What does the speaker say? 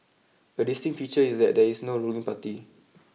a distinct feature is that there is no ruling party